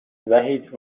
وحید